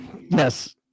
Yes